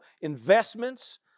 investments